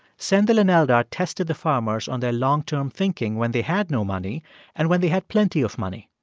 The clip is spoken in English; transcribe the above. sendhil and eldar tested the farmers on their long-term thinking when they had no money and when they had plenty of money.